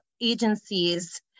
agencies